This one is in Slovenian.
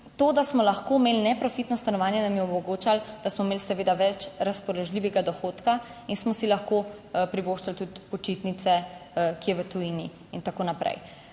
to, da smo lahko imeli neprofitno stanovanje, nam je omogočalo, da smo imeli seveda več razpoložljivega dohodka in smo si lahko privoščili tudi počitnice kje v tujini in tako naprej,